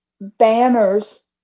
banners